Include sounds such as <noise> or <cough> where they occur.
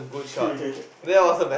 <laughs>